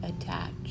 attached